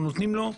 אנחנו נותנים לו.